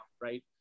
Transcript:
Right